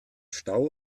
stau